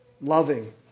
loving